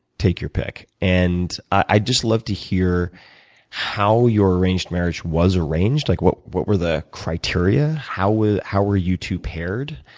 take your pick and i'd just love to hear how your arranged marriage was arranged. like what what were the criteria? how were how were you two paired?